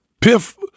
Piff